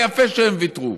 ויפה שהם ויתרו.